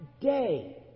day